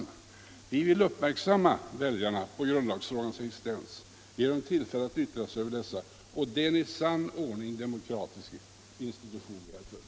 Vi moderater vill göra väljarna uppmärksamma på grundlagsfrågornas existens, ge dem tillfälle att yttra sig över dessa. Det är en i sann ordning demokratisk institution som vi förespråkar.